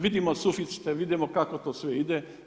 Vidimo suficite, vidimo kako to sve ide.